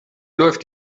läuft